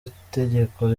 itegeko